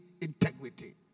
integrity